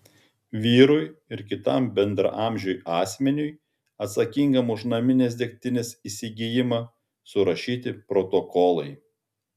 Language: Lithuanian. vyrui ir kitam bendraamžiui asmeniui atsakingam už naminės degtinės įsigijimą surašyti protokolai